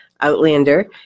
Outlander